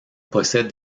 possède